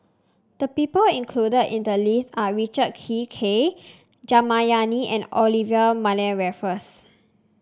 the people included in the list are Richard Kee K Jayamani and Olivia Mariamne Raffles